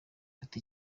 fata